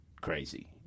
crazy